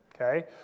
okay